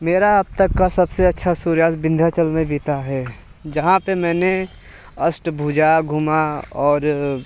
मेरा अब तक का सबसे अच्छा सूर्यास्त विन्ध्याचल में बीता हैं जहाँ पे मैंने अष्ठभुजा घुमा और